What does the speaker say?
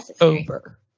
over